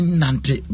nante